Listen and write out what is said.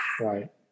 Right